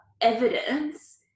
evidence